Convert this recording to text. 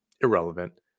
Irrelevant